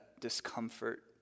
discomfort